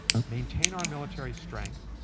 maintain our military strength.